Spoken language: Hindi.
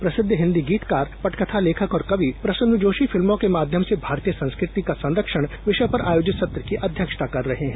प्रसिद्ध हिन्दी गीतकार पटकथा लेखक और कवि प्रसून जोशी फिल्मों के माध्यम से भारतीय संस्कृति का संस्कृति का संस्कृति विषय पर आयोजित सत्र की अध्यक्षता कर रहे है